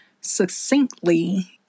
succinctly